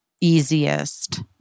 easiest